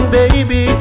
baby